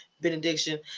benediction